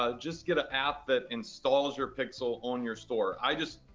ah just get an app that installs your pixel on your store. i just,